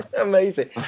Amazing